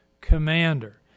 commander